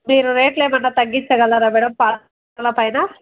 మీరు రేట్లు ఏమన్నా తగ్గించగలరాా మేడం పాత్రల పైన